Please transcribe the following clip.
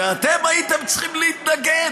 ואתם הייתם צריכים להתנגד.